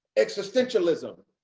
existentialism,